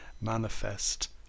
manifest